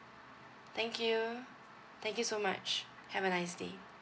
thank you thank you so much have a nice day